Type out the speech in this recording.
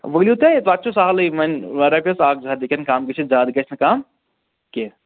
ؤنِو تُہۍ پَتہٕ چھُ سَہلٕے وۄنۍ رۄپیَس اَکھ زٕ ہَتھ ہیٚکن کَم گٔژھِتھ زیادٕ گژھِ نہٕ کَم کینٛہہ